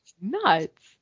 nuts